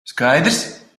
skaidrs